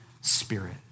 Spirit